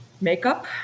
makeup